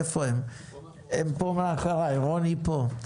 רוני פה.